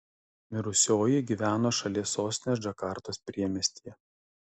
mirusioji gyveno šalies sostinės džakartos priemiestyje